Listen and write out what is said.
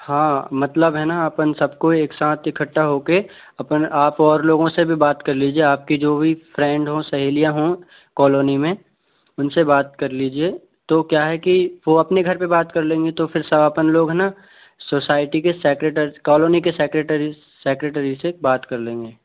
हाँ मतलब है ना अपन सबको एक साथ इकट्ठा होके अपन आप और लोगों से भी बात कर लीजिए आपकी जो भी फ्रेंड हो सहेलियां हो कॉलोनी में उनसे बात कर लीजिए तो क्या है कि वो अपने घर पे बात कर लेंगे तो फिर सब अपन लोग है ना सोसायटी के सेक्रेटरी कॉलोनी के सेक्रेटरी सेक्रेटरी से बात कर लेंगे